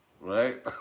right